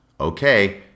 Okay